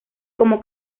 como